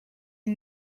you